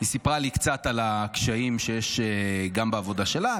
היא סיפרה לי קצת על הקשיים שיש גם בעבודה שלה,